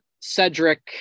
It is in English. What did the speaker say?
Cedric –